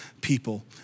people